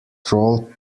troll